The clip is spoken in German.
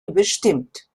überstimmt